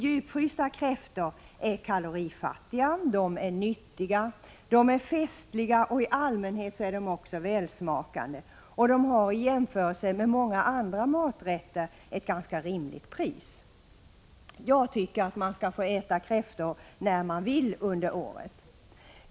Djupfrysta kräftor är kalorifattiga. De är nyttiga. De är festliga, och i allmänhet är de också välsmakande, och de har i jämförelse med många andra maträtter ett ganska rimligt pris. Jag tycker att man skall få äta kräftor när man vill under året.